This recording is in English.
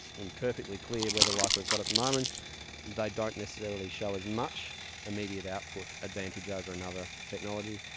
in perfectly clear weather like we've got at the moment they don't necessarily show as much immediate output advantage over another technology.